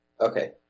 Okay